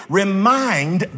remind